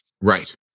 Right